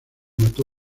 mató